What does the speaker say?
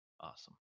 Awesome